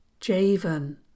Javen